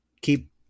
keep